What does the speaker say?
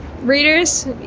readers